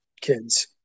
kids